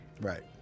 Right